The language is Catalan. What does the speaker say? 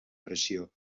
pressió